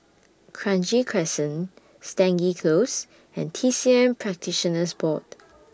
Kranji Crescent Stangee Close and T C M Practitioners Board